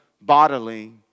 bodily